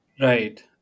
Right